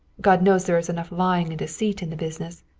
god knows there is enough lying and deceit in the business.